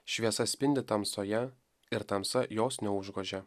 šviesa spindi tamsoje ir tamsa jos neužgožė